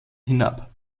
hinab